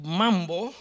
mambo